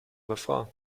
refrain